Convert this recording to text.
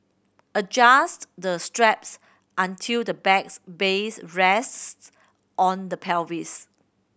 adjust the straps until the bag's base rests on the pelvis